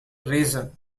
reason